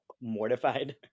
mortified